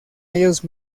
ellos